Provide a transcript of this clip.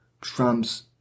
Trump's